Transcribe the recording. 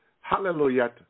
hallelujah